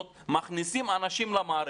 מכניסים אנשים למערכת.